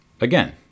Again